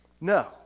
No